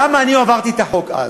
למה אני העברתי את החוק אז?